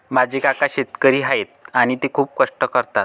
माझे काका शेतकरी आहेत आणि ते खूप कष्ट करतात